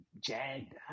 jagged